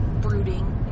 Brooding